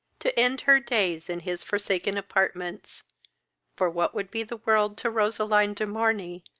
to end her days in his forsaken apartments for what would be the world to roseline de morney,